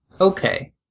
Okay